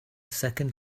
second